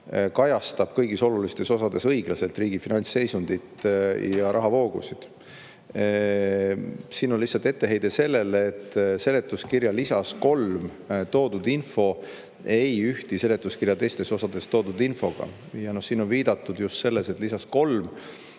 kajastab kõigis olulistes osades õiglaselt riigi finantsseisundit ja rahavoogusid. Siin on lihtsalt etteheide sellele, et seletuskirja lisas 3 toodud info ei ühti seletuskirja teistes osades toodud infoga, ja siin on viidatud just sellele, et on